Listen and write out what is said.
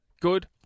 good